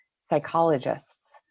psychologists